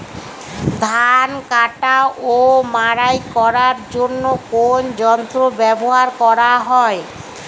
ধান কাটা ও মাড়াই করার জন্য কোন যন্ত্র ব্যবহার করা হয়?